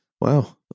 Wow